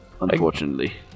unfortunately